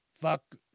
Fuck